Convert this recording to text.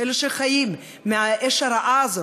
אלה שחיים מהאש הרעה הזאת,